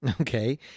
Okay